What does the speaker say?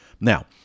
Now